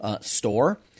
store